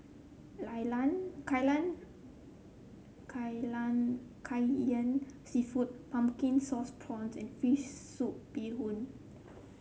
lan lan Kai Lan Kai Lan kai yan seafood Pumpkin Sauce Prawns and fish soup Bee Hoon